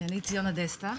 אני ציונה דסטה,